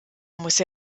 muss